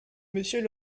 monsieur